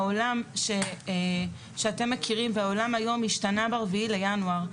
העולם שאתם מכירים והעולם היום השתנה ב-4 בינואר,